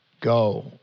go